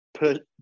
put